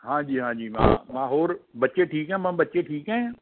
ਹਾਂਜੀ ਹਾਂਜੀ ਹੋਰ ਬੱਚੇ ਠੀਕ ਆ ਮ ਬੱਚੇ ਠੀਕ ਨਹੀਂ